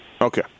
Okay